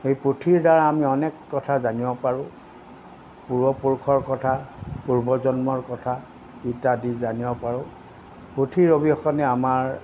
এই পুথিৰদ্বাৰা আমি অনেক কথা জানিব পাৰোঁ পূৰ্বপুৰুষৰ কথা পূৰ্বজন্মৰ কথা ইত্যাদি জানিব পাৰোঁ পুথিৰ অবিহনে আমাৰ